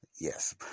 Yes